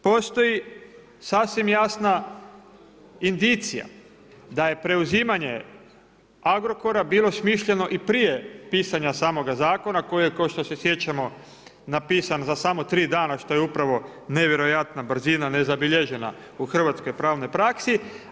Postoji sasvim jasna indicija da je preuzimanje Agrokora, bilo smišljeno i prije pisanja samoga zakona, koje je ko što se sjećamo, napisan za samo 3 dana, što je upravo nevjerojatna brzina, nezabilježena u hrvatskoj pravnoj praski.